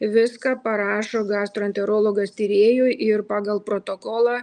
viską parašo gastroenterologas tyrėjui ir pagal protokolą